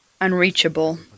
unreachable